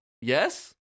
yes